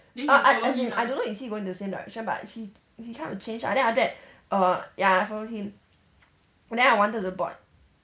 I I as in I don't know is he going the same direction but he he kind of change ah then after that err ya I follow him then I wanted to board